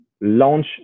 launch